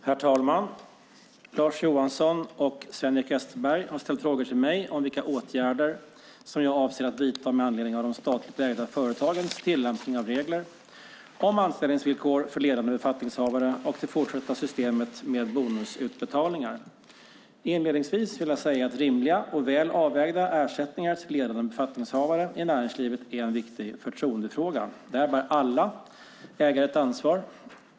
Herr talman! Lars Johansson och Sven-Erik Österberg har ställt frågor till mig om vilka åtgärder som jag avser att vidta med anledning av de statligt ägda företagens tillämpning av regler om anställningsvillkor för ledande befattningshavare och det fortsatta systemet med bonusutbetalningar. Inledningsvis vill jag säga att rimliga och väl avvägda ersättningar till ledande befattningshavare i näringslivet är en viktig förtroendefråga. Där bär alla ägare ett ansvar.